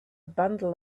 bundle